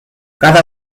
cada